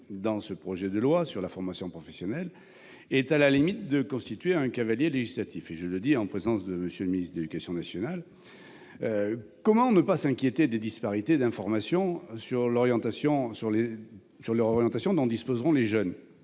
dans un projet de loi sur la formation professionnelle est à la limite de constituer un cavalier législatif ; je l'affirme en présence de M. le ministre de l'éducation nationale. Comment ne pas s'inquiéter des disparités dans les informations mises à la disposition des jeunes